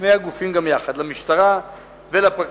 לשני הגופים גם יחד: למשטרה ולפרקליטות.